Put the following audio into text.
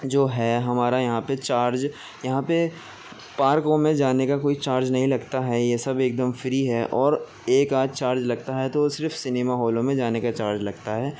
جو ہے ہمارا یہاں پہ چارج یہاں پہ پارکوں میں جانے کا کوئی چارج نہیں لگتا ہے یہ سب ایک دم فری ہے اور ایک آدھ چارج لگتا ہے تو صرف سنیما ہالوں میں جانے کا چارج لگتا ہے